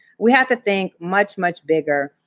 we have to think much, much bigger.